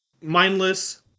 Mindless